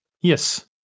Yes